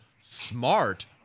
smart